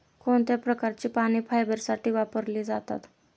कोणत्या प्रकारची पाने फायबरसाठी वापरली जातात?